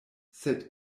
sed